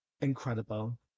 incredible